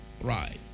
Right